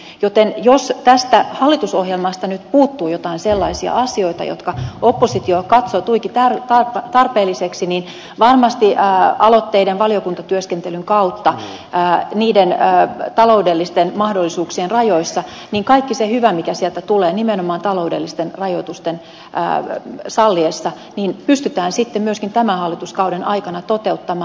näin ollen jos tästä hallitusohjelmasta nyt puuttuu joitain sellaisia asioita jotka oppositio katsoo tuiki tarpeellisiksi niin varmasti aloitteiden valiokuntatyöskentelyn kautta niiden taloudellisten mahdollisuuksien rajoissa kaikki se hyvä mikä sieltä tulee nimenomaan taloudellisten rajoitusten salliessa pystytään sitten myöskin tämän hallituskauden aikana toteuttamaan